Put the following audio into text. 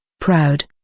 proud